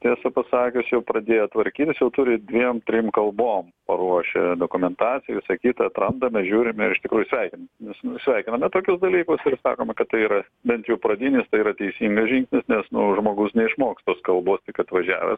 tiesą pasakius jau pradėjo tvarkytis jau turi dviem trim kalbom paruošę dokumentaciją visa kita atrandame žiūrime ar iš tikrųjų sveikinam nes nu sveikiname tokius dalykus ir sakome kad tai yra bent jau pradinis tai yra vienas žingsnis nes nu žmogaus neišmoks tos kalbos tik atvažiavęs